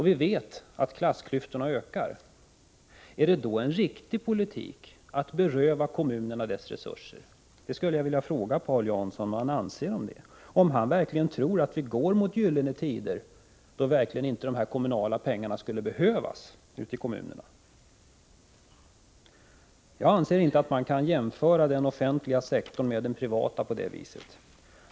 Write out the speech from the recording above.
Vi vet att klassklyftorna ökar. Är det då en riktig politik att beröva kommunerna deras resurser? Jag skulle gärna vilja veta vad Paul Jansson anser om detta. Tror verkligen Paul Jansson att vi går mot gyllene tider, då kommunerna verkligen inte behöver dessa pengar? Jag anser inte att man kan jämföra den offentliga sektorn med den privata på det vis som görs.